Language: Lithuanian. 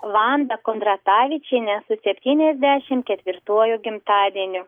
vandą kondratavičienę su septyniasdešim ketvirtuoju gimtadieniu